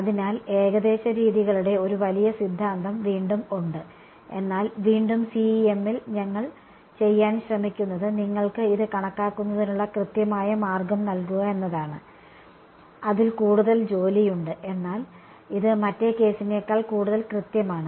അതിനാൽ ഏകദേശ രീതികളുടെ ഒരു വലിയ സിദ്ധാന്തം വീണ്ടും ഉണ്ട് എന്നാൽ വീണ്ടും CEM ൽ ഞങ്ങൾ ചെയ്യാൻ ശ്രമിക്കുന്നത് നിങ്ങൾക്ക് ഇത് കണക്കാക്കുന്നതിനുള്ള കൃത്യമായ മാർഗ്ഗം നൽകുക എന്നതാണ് അതിൽ കൂടുതൽ ജോലിയുണ്ട് എന്നാൽ ഇത് മറ്റേ കേസിനേക്കാൾ കൂടുതൽ കൃത്യമാണ്